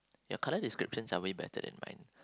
your colour descriptions are way better than mine